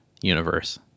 universe